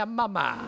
mama